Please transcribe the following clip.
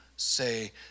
say